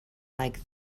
like